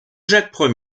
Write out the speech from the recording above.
jacques